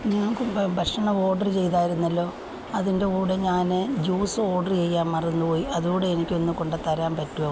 ഞാൻ ഭക്ഷണം ഓർഡർ ചെയ്തിരുന്നല്ലോ അതിൻ്റെ കൂടെ ഞാൻ ജ്യൂസ് ഓർഡർ ചെയ്യാൻ മറന്നു പോയി അതും കൂടെ എനിക്കൊന്ന് കൊണ്ടുത്തരാൻ പറ്റുമോ